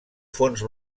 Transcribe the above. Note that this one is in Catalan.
fons